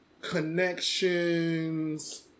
connections